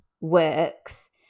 works